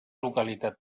localitat